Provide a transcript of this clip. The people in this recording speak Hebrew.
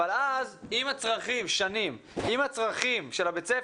אבל אז אם הצרכים של בית הספר,